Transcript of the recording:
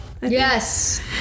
Yes